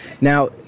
Now